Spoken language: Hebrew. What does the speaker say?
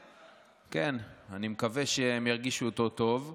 כן, אני מקווה שהם ירגישו אותו טוב,